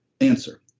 answer